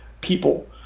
people